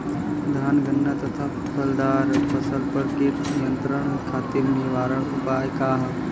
धान गन्ना तथा फलदार फसल पर कीट नियंत्रण खातीर निवारण उपाय का ह?